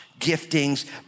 giftings